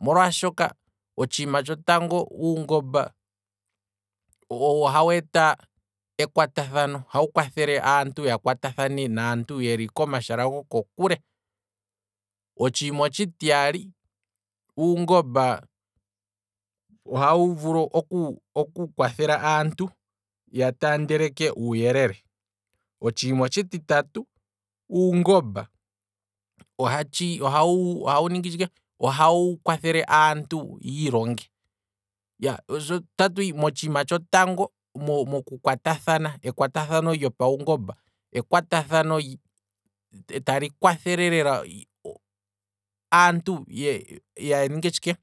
Omolwaashoka, otshiima tsho tango uungomba owo hawu eta ekwata thano, owo hawu eta opo aantu ya kwata thane naantu yeli komashala goko kule, otshiima otshi tiyali, uungomba ohawu vulu oku- oku kwathela aantu, ya taandeleke uuyelele, otshiima otshi titatu, uungomba ohawu ohawu ohawu ningi tshike, ohawu kwathele aantu yiilonge, se otatu hi motshiima tshotango, mokukwatathana ekwata thano lyopawungomba ekwata thano tali kwathele lela, aantu ya ninge tshike,